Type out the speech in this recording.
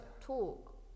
talk